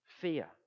fear